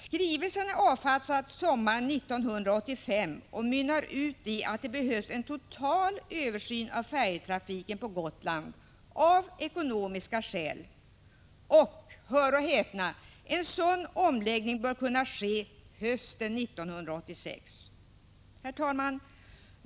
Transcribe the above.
Skrivelsen är uppsatt sommaren 1985 och mynnar ut i att det behövs en total översyn av färjetrafiken på Gotland av ekonomiska skäl och — hör och häpna — att en sund omläggning bör kunna ske hösten 1986! Herr talman!